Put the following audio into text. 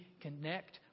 connect